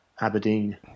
Aberdeen